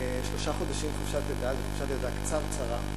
שלושה חודשים חופשת לידה, זה חופשת לידה קצרצרה.